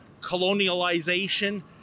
colonialization